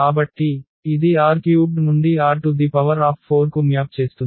కాబట్టి ఇది R³ నుండి R⁴ కు మ్యాప్ చేస్తుంది